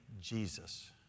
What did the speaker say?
Jesus